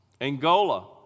Angola